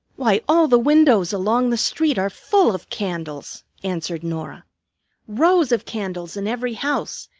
why, all the windows along the street are full of candles, answered norah rows of candles in every house,